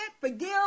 forgive